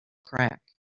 crack